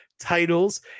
titles